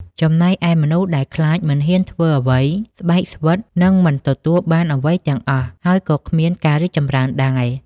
ចំណែកឯមនុស្សដែលខ្លាចមិនហ៊ានធ្វើអ្វី ស្បែកស្វិត នឹងមិនទទួលបានអ្វីទាំងអស់ ហើយក៏គ្មានការរីកចម្រើនដែរ។